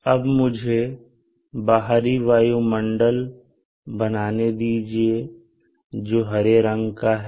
अब मुझे बाहरी वायुमंडल बनाने दीजिए जो हरे रंग का है